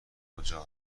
کجا